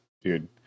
dude